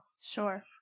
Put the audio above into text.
Sure